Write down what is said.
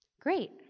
Great